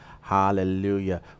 Hallelujah